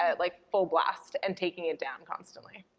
ah like, full blast and taking it down constantly.